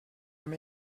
amb